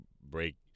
break